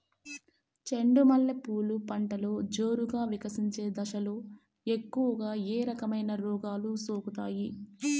చెండు మల్లె పూలు పంటలో జోరుగా వికసించే దశలో ఎక్కువగా ఏ రకమైన రోగాలు సోకుతాయి?